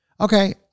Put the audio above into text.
okay